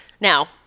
Now